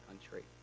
country